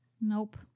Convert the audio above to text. Nope